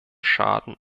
schaden